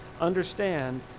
understand